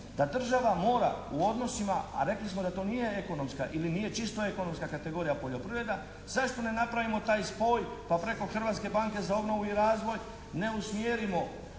da država mora u odnosima, a rekli smo da to nije ekonomska ili nije čisto ekonomska kategorija poljoprivrede zašto ne napravimo taj spoj pa preko Hrvatske banke za obnovu i razvoj ne usmjerimo